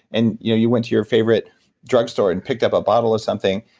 and you know you went to your favorite drug store and picked up a bottle of something,